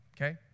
okay